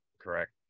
correct